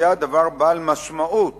יהיה הדבר בעל משמעות